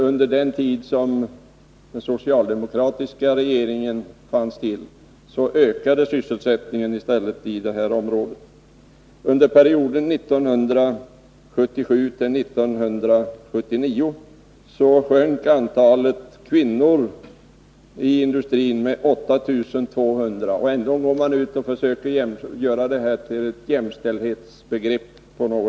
Under den tid som den socialdemokratiska regeringen fanns till ökade sysselsättningen i stället i detta område. Under perioden 1977-1979 sjönk antalet kvinnor i industrin med 8 200. Ändå går man ut och försöker göra detta till ett jämställdhetsnummer.